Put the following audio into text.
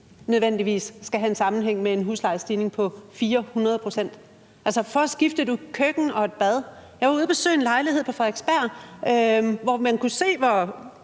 nødvendigvis skal have en sammenhæng med en huslejestigning på 400 pct., altså at skifte et køkken og et bad? Jeg var ude at se en lejlighed på Frederiksberg, hvor man kunne se, hvor